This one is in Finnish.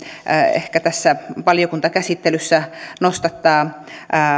ehkä tässä valiokuntakäsittelyssä nostattaa